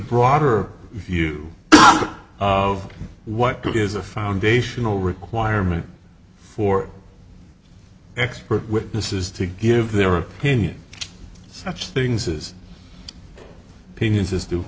broader view of what good is a foundational requirement for expert witnesses to give their opinions such things his opinions as to